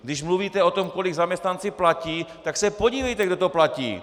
Když mluvíte o tom, kolik zaměstnanci platí, tak se podívejte, kolik kdo to platí.